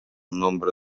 nombre